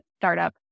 startup